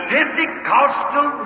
Pentecostal